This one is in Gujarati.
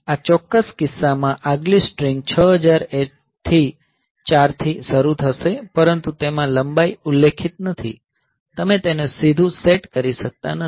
આ ચોક્કસ કિસ્સા માં આગલી સ્ટ્રીંગ 6004 થી શરૂ થશે પરંતુ તેમાં લંબાઈ ઉલ્લેખિત નથી તમે તેને સીધું સેટ કરી શકતા નથી